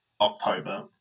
October